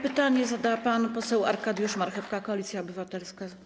Pytanie zada pan poseł Arkadiusz Marchewka, Koalicja Obywatelska.